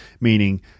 Meaning